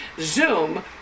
Zoom